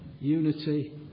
unity